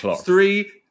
three